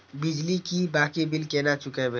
बिजली की बाकी बील केना चूकेबे?